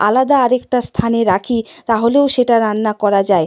আলাদা আর একটা স্থানে রাখি তাহলেও সেটা রান্না করা যায়